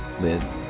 Liz